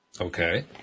Okay